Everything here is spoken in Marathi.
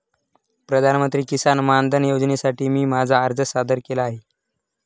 प्रधानमंत्री किसान मानधन योजनेसाठी मी माझा अर्ज सादर केला आहे